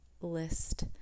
list